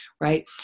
right